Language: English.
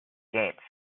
gates